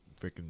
freaking